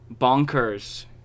Bonkers